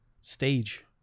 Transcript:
stage